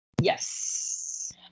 Yes